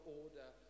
order